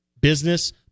business